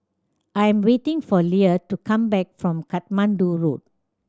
I am waiting for Lea to come back from Katmandu Road